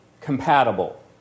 compatible